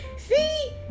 See